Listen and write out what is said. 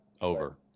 Over